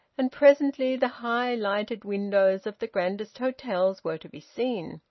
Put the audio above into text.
and presently the high lighted windows of the grandest hotels were to be seen,